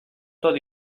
tot